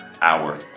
hour